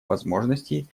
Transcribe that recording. возможностей